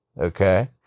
okay